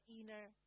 inner